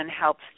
helps